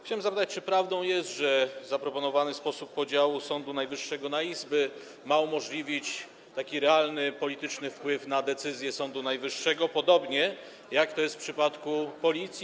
Chciałbym zapytać, czy prawdą jest, że zaproponowany sposób podziału Sądu Najwyższego na izby ma umożliwić taki realny polityczny wpływ na decyzje Sądu Najwyższego, podobnie jak w przypadku Policji.